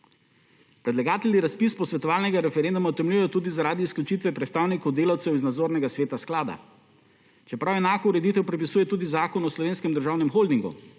Predlagatelji razpis posvetovalnega referenduma utemeljujejo tudi zaradi izključitve predstavnikov delavcev iz nadzornega sveta sklada. Čeprav enako ureditev predpisuje tudi Zakon o slovenskem državnem holdingu